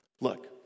Look